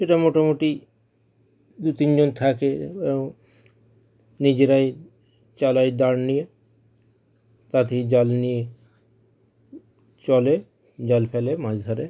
ওটা মোটামুটি দু তিনজন থাকে এবং নিজেরাই চালাই দাঁড় নিয়ে তাতে জাল নিয়ে চলে জাল ফেলে মাছ ধরে